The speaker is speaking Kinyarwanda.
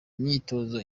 imyitozo